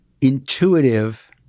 intuitive